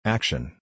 Action